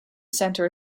center